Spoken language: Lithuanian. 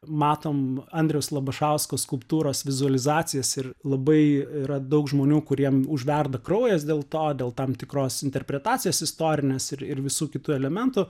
matom andriaus labašausko skulptūros vizualizacijas ir labai yra daug žmonių kuriem užverda kraujas dėl to dėl tam tikros interpretacijos istorinės ir visų kitų elementų